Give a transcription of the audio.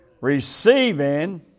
Receiving